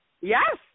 Yes